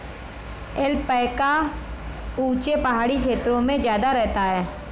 alpaca ऊँचे पहाड़ी क्षेत्रों में ज्यादा रहता है